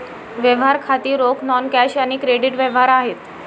व्यवहार खाती रोख, नॉन कॅश आणि क्रेडिट व्यवहार आहेत